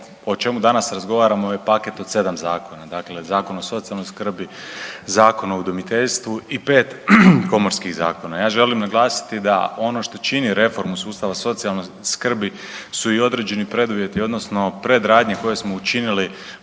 o čemu danas razgovaramo je ovaj paket od sedam zakona, dakle Zakon o socijalnoj skrbi, Zakon o udomiteljstvu i pet komorskih zakona. Ja želim naglasiti da ono što čini reformu sustava socijalne skrbi su i određeni preduvjeti odnosno predradnje koje smo učinili